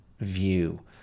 view